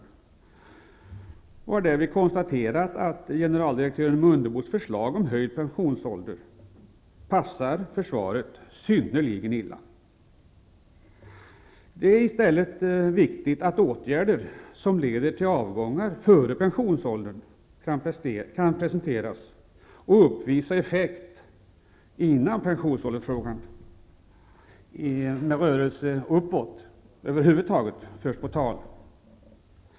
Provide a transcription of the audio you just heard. Utskottet har därvid konstaterat att generaldirektören Mundebos förslag om höjd pensionsålder passar försvaret synnerligen illa. Det är i stället viktigt att åtgärder som leder till avgångar före pensionsåldern kan presenteras och uppvisa en effekt innan frågan om att höja pensionsåldern över huvud taget förs på tal.